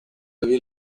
devi